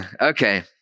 Okay